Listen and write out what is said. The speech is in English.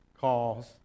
calls